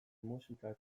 musikak